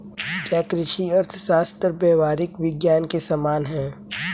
क्या कृषि अर्थशास्त्र व्यावहारिक विज्ञान के समान है?